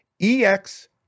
EX